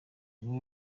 niwe